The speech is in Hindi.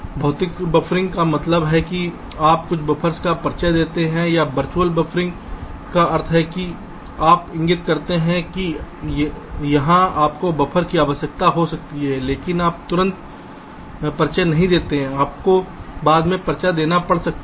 भौतिक बफ़रिंग का मतलब है कि आप कुछ बफ़र्स का परिचय देते हैं या वर्चुअल बफ़रिंग का अर्थ है कि आप इंगित करते हैं कि यहाँ आपको बफर की आवश्यकता हो सकती है लेकिन आप तुरंत परिचय नहीं देते हैं आपको बाद में परिचय देना पड़ सकता है